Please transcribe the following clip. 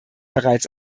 bereits